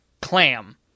clam